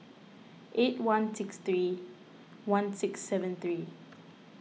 eight one six three one six seven three